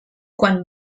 quan